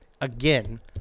again